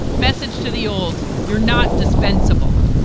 message to the old, you're not dispensable.